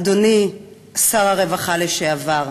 אדוני שר הרווחה לשעבר.